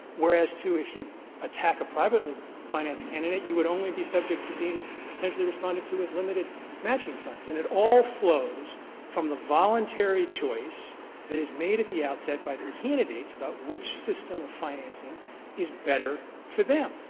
whereas, too, if you attack a privately financed candidate, you would only be subject to being potentially responded to with limited matching funds. and it all flows from the voluntary choice that is made at the outset by the candidates about which system of financing is better for them.